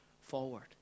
forward